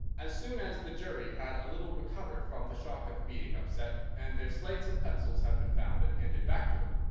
as soon as the jury had a little recovered from the shock of being upset, and their slates and pencils had been found and handed back to them,